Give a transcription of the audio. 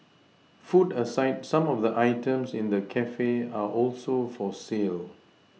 food aside some of the items in the cafe are also for sale